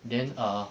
then err